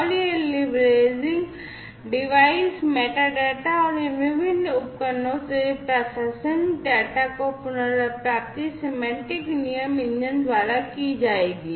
और यह leveraging device metadata और इन विभिन्न उपकरणों से प्रासंगिक डेटा की पुनर्प्राप्ति सिमेंटिक नियम इंजन द्वारा की जाएगी